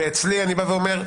ואצלי אני אומר: